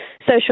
social